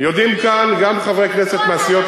יודעים כאן גם חברי הכנסת מהסיעות